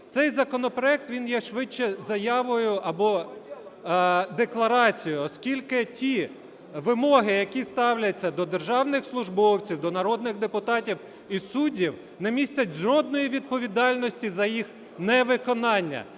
цей законопроект він є швидше заявою або декларацією, оскільки ті вимоги, які ставляться до державних службовців, до народних депутатів і суддів, не містять жодної відповідальності за їх невиконання,